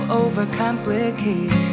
overcomplicate